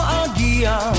agia